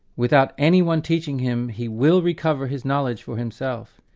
without anyone teaching him, he will recover his knowledge for himself,